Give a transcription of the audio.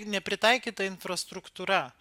nepritaikyta infrastruktūra